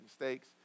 mistakes